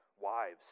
wives